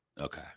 okay